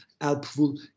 helpful